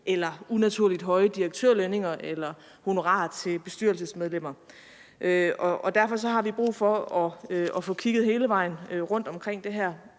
eller unaturligt høje direktørlønninger eller honorarer til bestyrelsesmedlemmer. Derfor har vi brug for at få kigget hele vejen rundt om det her,